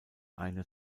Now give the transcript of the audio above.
eine